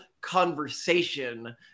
conversation